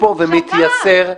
אוקיי.